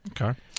Okay